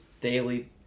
daily